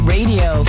Radio